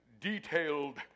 detailed